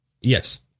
Yes